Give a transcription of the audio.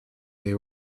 they